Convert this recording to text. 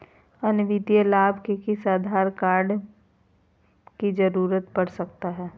अन्य वित्तीय लाभ के लिए आधार कार्ड पैन कार्ड की जरूरत पड़ सकता है?